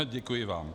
Děkuji vám.